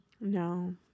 No